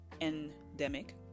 endemic